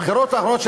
הבחירות האחרונות,